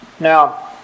Now